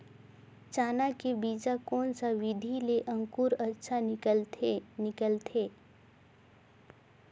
चाना के बीजा कोन सा विधि ले अंकुर अच्छा निकलथे निकलथे